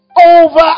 over